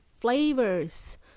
flavors